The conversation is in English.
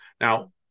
Now